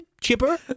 chipper